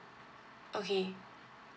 okay